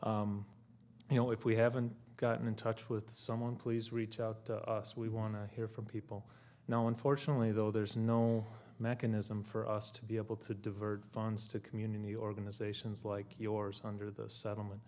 more you know if we haven't gotten in touch with someone please reach out to us we want to hear from people now unfortunately though there's no mechanism for us to be able to divert funds to community organizations like yours under the